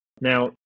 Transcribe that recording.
now